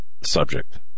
subject